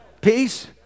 Peace